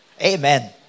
Amen